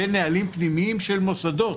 ונהלים פנימיים של מוסדות,